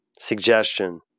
Suggestion